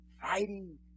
fighting